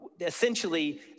Essentially